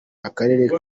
akarere